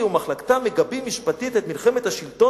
היא ומחלקתה מגבות משפטית את מלחמת השלטון